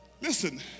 Listen